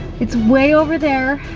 it's way over there,